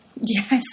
Yes